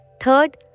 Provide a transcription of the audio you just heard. Third